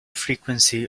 frequency